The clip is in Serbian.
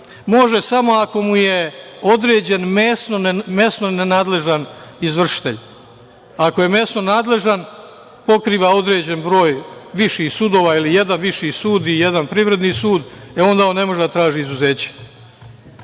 Može samo ako mu je određen mesno nenadležan izvršitelj. Ako je mesno nadležan pokriva određen broj viših sudova ili jedan viši sud i jedan privredni sud, e onda on ne može da traži izuzeće. Primer